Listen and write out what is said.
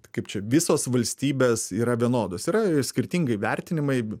kaip čia visos valstybės yra vienodos yra ir skirtingi vertinimai